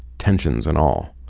tensions and all.